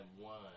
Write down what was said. one